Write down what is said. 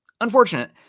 unfortunate